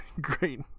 Great